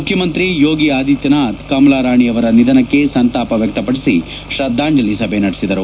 ಮುಖ್ಯಮಂತ್ರಿ ಯೋಗಿ ಆದಿತ್ಯನಾಥ್ ಕಮಲಾ ರಾಣಿ ಅವರ ನಿಧನಕ್ಷೆ ಸಂತಾಪ ವ್ಯಕ್ತಪಡಿಸಿ ತ್ರದ್ದಾಂಜಲಿ ಸಭೆ ನಡೆಸಿದರು